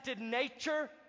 nature